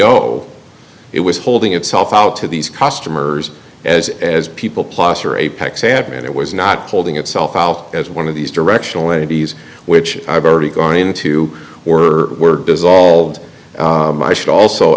o it was holding itself out to these customers as as people plus or apex admin it was not holding itself out as one of these directional entities which i've already gone into or were dissolved i should also